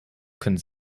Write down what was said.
können